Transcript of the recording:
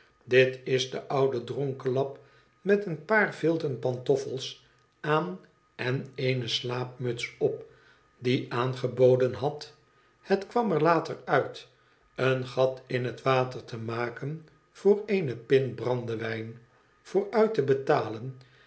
dit is de oude dronkenlap met een paar vilten pantoffels aan en eene slaapmuts op die aangeboden had het kwam er later uit een gat in het water te maken voor eene pint brandewijn vooruit te betalen